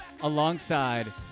alongside